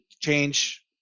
change